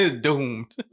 doomed